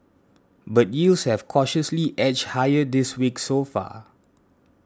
but yields have cautiously edged higher this week so far